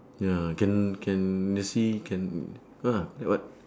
ya can can in the sea can ah like what